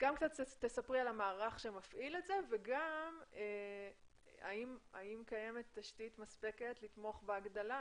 ספרי על המערך שמפעיל את זה וגם האם קיימת תשתית מספקת לתמוך בהגדלה